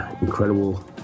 incredible